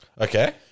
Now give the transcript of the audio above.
Okay